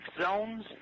zones